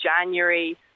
January